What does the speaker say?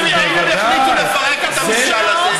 אוסלו, ואם הם יחליטו לפרק את הממשל הזה?